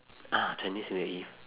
ah chinese new year eve